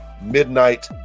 Midnight